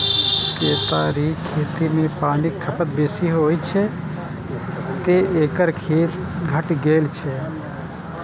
केतारीक खेती मे पानिक खपत बेसी होइ छै, तें एकर खेती घटि गेल छै